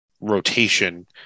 rotation